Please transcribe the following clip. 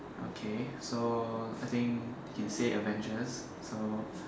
okay so I think can say avengers so